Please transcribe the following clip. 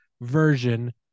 version